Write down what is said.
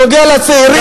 זה נוגע לצעירים,